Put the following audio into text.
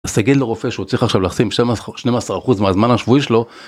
אז תגיד לרופא שהוא צריך עכשיו לשים 12% מהזמן השבועי שלו.